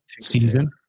season